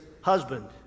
husband